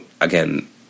again